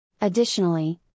Additionally